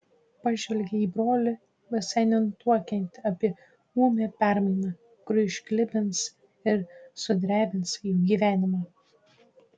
pažvelgė į brolį visai nenutuokiantį apie ūmią permainą kuri išklibins ir sudrebins jų gyvenimą